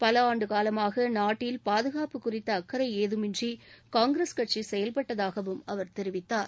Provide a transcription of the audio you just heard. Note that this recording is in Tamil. பல ஆண்டுகாலமாக நாட்டில் பாதுகாப்பு குறித்த அக்கறை ஏதமின்றி காங்கிரஸ் கட்சி செயல்பட்டதாகவும் அவர் தெரிவித்தார்